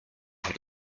had